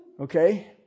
Okay